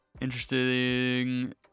interesting